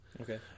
Okay